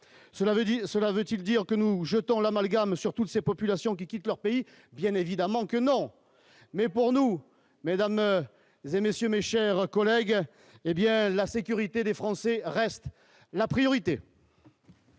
cela veut-il dire que nous jetons l'amalgame sur toutes ces populations qui quittent leur pays bien évidemment que non, mais pour nous, mesdames et messieurs, mes chers collègues, hé bien, la sécurité des Français reste la priorité.